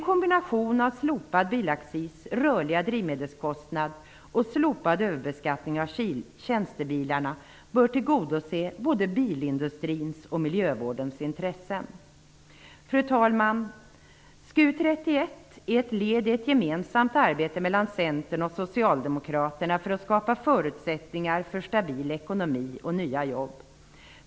Kombinationen av slopad bilaccis, rörliga drivmedelskostnader och slopad överbeskattning av tjänstebilarna bör tillgodose både bilindustrins och miljövårdens intressen. Fru talman! Betänkande 1995/96:SkU31 är ett led i ett gemensamt arbete mellan Centern och Socialdemokraterna för att skapa förutsättningar för en stabil ekonomi och nya jobb.